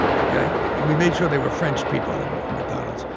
ok? and we made sure they were french people in the mcdonald's.